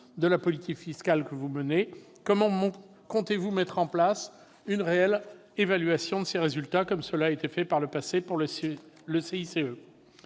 de la politique fiscale que vous menez ? Comment comptez-vous mettre en place une réelle évaluation de ses résultats, à l'instar de ce qui a été fait par le passé pour le crédit